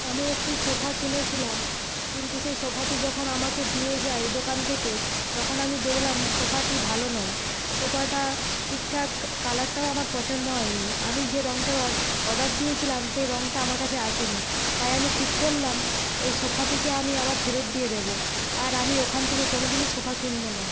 আমি একটি সোফা কিনেছিলাম কিন্তু সেই সোফাটি যখন আমাকে দিয়ে যায় দোকান থেকে তখন আমি দেখলাম সোফাটি ভালো নয় সোফাটা ঠিকঠাক কালারটাও আমার পছন্দ হয় নি আমি যে রঙটার অর্ডার দিয়েছিলাম সেই রঙটা আমার কাছে আসেনি তাই আমি ঠিক করলাম ওই সোফাটিকে আমি আবার ফেরত দিয়ে দেবো আর আমি ওখান থেকে কোনো দিনই সোফা কিনবো না